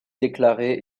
déclarée